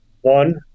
One